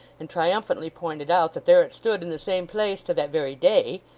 and triumphantly pointed out that there it stood in the same place to that very day,